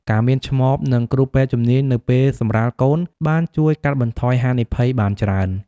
ការមានឆ្មបនិងគ្រូពេទ្យជំនាញនៅពេលសម្រាលកូនបានជួយកាត់បន្ថយហានិភ័យបានច្រើន។